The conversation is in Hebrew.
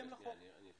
יש חוק?